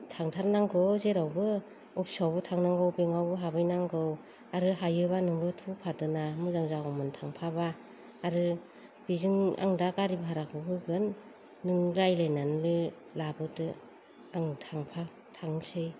थांथारनांगौ जेरावबो अफिसावबो थांनांगौ बेंकावबो हाबहैनांगौ आरो हायोबा नोंबो थौफादो ना मोजां जागौमोन थांफाबा आरो बेजों आं दा गारि भाराखौ होगोन नों रायलायनानै लाबोदो आं थांफा थांसै